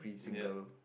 yup